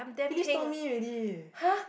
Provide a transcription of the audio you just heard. Phyllis told me already